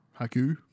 Haku